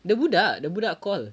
the budak the budak call